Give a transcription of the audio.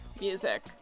music